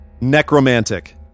Necromantic